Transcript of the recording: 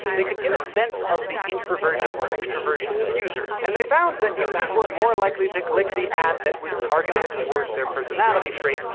they could get a sense of the introversion or extroversion of users. and they found that users were more likely to click the ad that was targeted towards their personality trait,